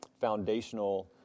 foundational